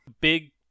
big